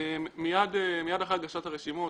מייד אחרי הגשת הרשימות,